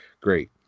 Great